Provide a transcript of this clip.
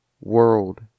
World